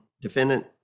defendant